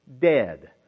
dead